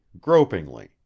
gropingly